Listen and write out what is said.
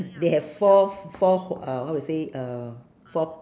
they have four four h~ uh how to say uh four